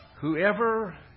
Whoever